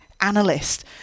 analyst